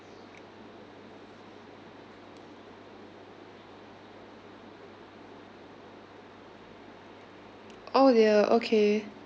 oh dear okay